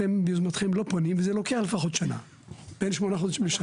אתם ביוזמתכם לא פונים וזה לוקח בין שמונה חודשים לשנה.